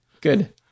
Good